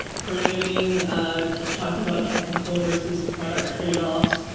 coordinating ah talking about technical versus product trade-offs.